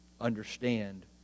understand